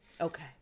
Okay